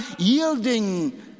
yielding